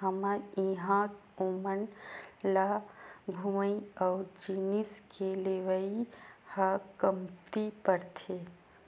हमर इहां ओमन ल घूमई अउ जिनिस के लेवई ह कमती परथे